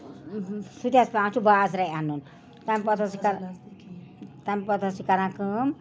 سُہ تہِ حظ پٮ۪وان چھِ بازرَے اَنُن تَمہِ پَتہٕ حظ چھِ کہ تَمہِ پَتہٕ حظ چھِ کران کٲم